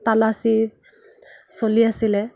তালাচী চলি আছিলে